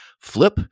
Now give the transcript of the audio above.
flip